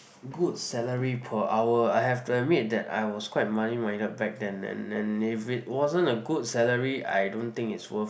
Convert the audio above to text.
good salary per hour I have to admit that I was quite money minded back then and and if it wasn't a good salary I don't think it's worth